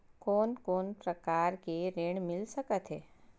कोन कोन प्रकार के ऋण मिल सकथे?